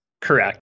Correct